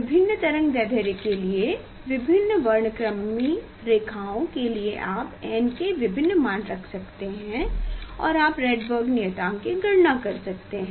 विभिन्न तरंग दैर्ध्य के लिए विभिन्न वर्णक्रमीय रेखाओं के लिए आप n के विभिन्न मान रख सकते हैं और आप राइडबर्ग नियतांक की गणना कर सकते हैं